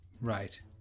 Right